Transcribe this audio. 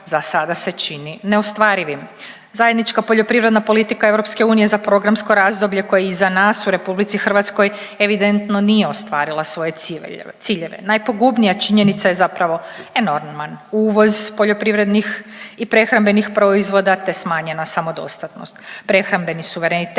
za sada se čini neostvarivim. Zajednička poljoprivredna politika EU za programsko razdoblje koje je iza nas u RH evidentno nije ostvarila svoje ciljeve. Najpogubnija činjenica je zapravo enorman uvoz poljoprivrednih i prehrambenih proizvoda te smanjena samodostatnost. Prehrambeni suverenitet